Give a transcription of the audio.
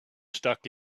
stuck